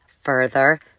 further